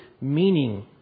meaning